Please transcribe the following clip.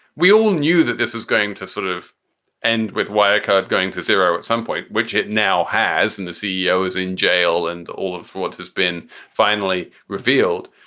we all knew that this is going to sort of end with wild card going to zero at some point, which it now has. and the ceo is in jail and all of fraud has been finally revealed.